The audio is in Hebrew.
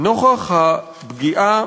"נוכח הפגיעה